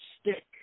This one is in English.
Stick